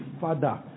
father